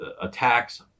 attacks